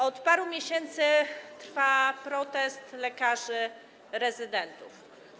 Od paru miesięcy trwa protest lekarzy rezydentów.